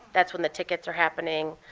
that's when the tickets are happening.